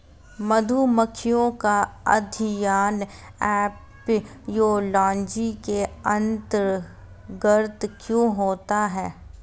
मधुमक्खियों का अध्ययन एपियोलॉजी के अंतर्गत क्यों होता है?